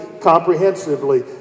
comprehensively